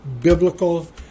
biblical